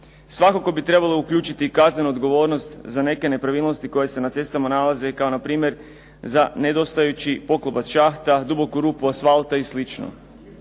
Svakako bi trebalo uključiti i kaznenu odgovornost za neke nepravilnosti koje se na cestama nalaze, kao npr. za nedostajući poklopac šahta, duboku rupu asfalta i sl.